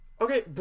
okay